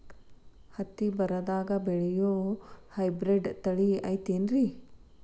ಹತ್ತಿ ಬರದಾಗ ಬೆಳೆಯೋ ಹೈಬ್ರಿಡ್ ತಳಿ ಐತಿ ಏನ್ರಿ?